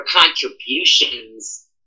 contributions